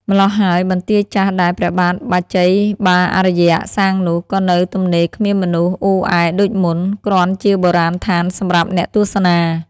ម្ល៉ោះហើយបន្ទាយចាស់ដែល ព្រះបាទបាជ័យបាអារ្យ សាងនោះ ក៏នៅទំនេរគ្មានមនុស្សអ៊ូអែដូចមុន គ្រាន់ជាបុរាណដ្ឋានសម្រាប់អ្នកទស្សនា ។